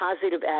positive